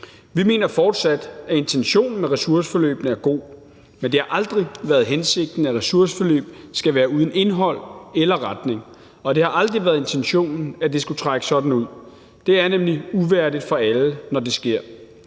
Vi mener fortsat, at intentionen med ressourceforløbene er god, men det har aldrig været hensigten, at ressourceforløb skulle være uden indhold eller retning; og det har aldrig været intentionen, at det skulle trække sådan ud. Det er nemlig uværdigt for alle, når det sker.